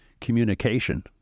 communication